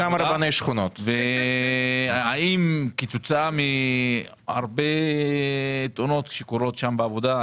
האם כתוצאה מהרבה תאונות שקורות בעבודה,